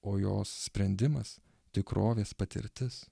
o jos sprendimas tikrovės patirtis